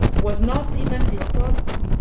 was not even discussed,